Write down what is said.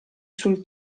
sul